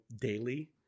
daily